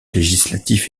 législatif